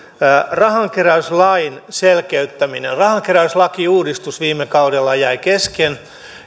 rahankeräyslain selkeyttäminen rahankeräyslakiuudistus viime kaudella jäi kesken